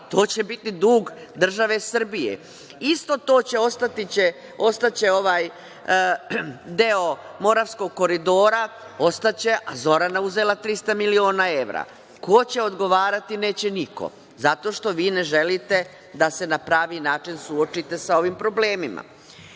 to će biti dug države Srbije. Isto to, ostaće deo Moravskog koridora, ostaće, a Zorana uzela 300 miliona evra. Ko će odgovarati? Neće niko, zato što vi ne želite da se na pravi način suočite sa ovim problemima. Šta